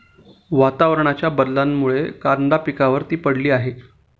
वातावरणाच्या बदलामुळे कांदा पिकावर ती पडली आहे